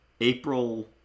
April